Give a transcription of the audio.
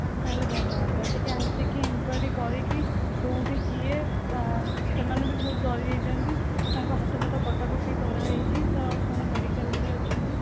ma'am ତା' ହେଲେ ଭଲ ହୁଅନ୍ତା ଟିକିଏ ଆସିକି ଇନକ୍ଵାରି କରିକି କେଉଁଠି କିଏ ସେମାନେ ବି ବହୁତ ଡରିଯାଇଛନ୍ତି ତାଙ୍କ ହାତ ଫାତ କଟାକୁଟି କରାହେଇଛି ତ ସେମାନେ ମେଡ଼ିକାଲରେ ବି ଅଛନ୍ତି